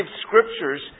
Scriptures